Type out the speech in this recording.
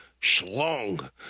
schlong